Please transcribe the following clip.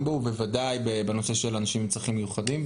בו ובוודאי בנושא של אנשים עם צרכים מיוחדים.